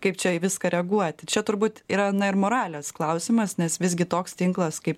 kaip čia į viską reaguoti čia turbūt yra na ir moralės klausimas nes visgi toks tinklas kaip